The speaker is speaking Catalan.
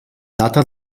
data